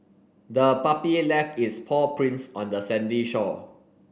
the puppy left its paw prints on the sandy shore